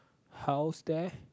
house there